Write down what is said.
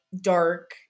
dark